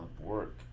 work